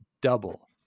double